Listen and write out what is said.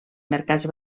mercats